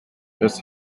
this